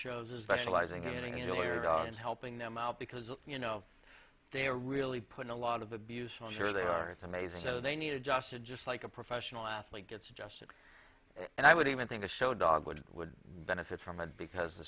dog and helping them out because you know they are really putting a lot of abuse on sure they are it's amazing so they need adjusted just like a professional athlete gets adjusted and i would even think a show dog would would benefit from it because the